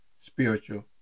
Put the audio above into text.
spiritual